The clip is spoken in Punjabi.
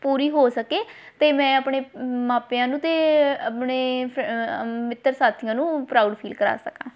ਪੂਰੀ ਹੋ ਸਕੇ ਅਤੇ ਮੈਂ ਆਪਣੇ ਮਾਪਿਆਂ ਨੂੰ ਅਤੇ ਆਪਣੇ ਮਿੱਤਰ ਸਾਥੀਆਂ ਨੂੰ ਪਰਾਊਡ ਫੀਲ ਕਰਾਂ ਸਕਾਂ